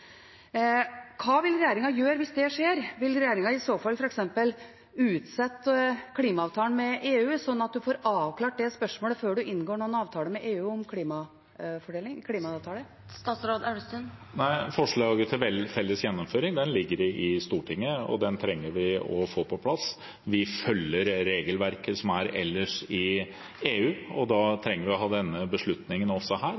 Hva vil regjeringen gjøre hvis det skjer? Vil regjeringen i så fall f.eks. utsette klimaavtalen med EU, slik at man får avklart det spørsmålet før man inngår noen avtale med EU om klima? Forslaget til felles gjennomføring ligger i Stortinget, og det trenger vi å få på plass. Vi følger regelverket som er ellers i EU, og da trenger vi å ha denne beslutningen også her,